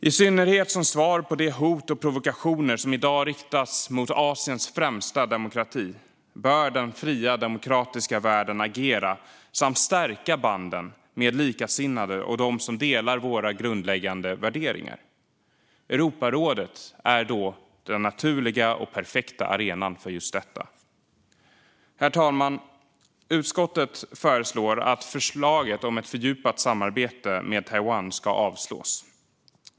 I synnerhet som svar på de hot och provokationer som i dag riktas mot Asiens främsta demokrati bör den fria demokratiska världen agera och stärka banden med likasinnade och dem som delar våra grundläggande värderingar. Europarådet är den naturliga och perfekta arenan för just detta. Herr talman! Utskottet föreslår att förslaget om ett fördjupat samarbete med Taiwan ska avslås.